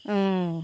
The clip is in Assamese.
অঁ